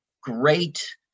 great